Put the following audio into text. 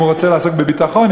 אם הוא רוצה לעסוק בביטחון,